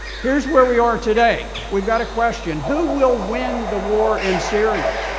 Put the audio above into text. here is where we are today. we've got a question, who will win the war in syria?